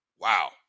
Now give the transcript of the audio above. Wow